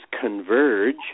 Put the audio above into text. converge